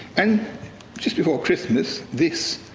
and just before christmas, this